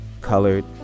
colored